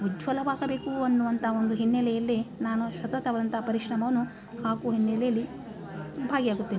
ಉಜ್ವಲವಾಗಬೇಕು ಅನ್ನುವಂಥ ಒಂದು ಹಿನ್ನೆಲೆಯಲ್ಲಿ ನಾನು ಸತತವಾದಂಥ ಪರಿಶ್ರಮವನ್ನು ಹಾಕುವ ಹಿನ್ನೆಲೆಯಲ್ಲಿ ಭಾಗಿ ಆಗುತ್ತೇನೆ